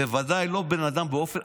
בוודאי לא בן אדם באופן,